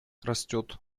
растет